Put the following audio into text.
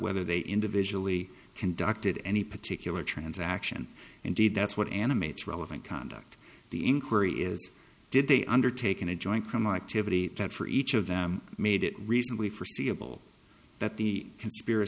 whether they individually conducted any particular transaction and did that's what animates relevant conduct the inquiry is did they undertaken a joint criminal activity that for each of them made it reasonably